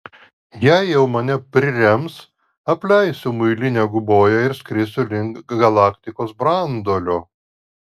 jei jau mane prirems apleisiu muilinę guboją ir skrisiu link galaktikos branduolio